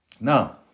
Now